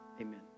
amen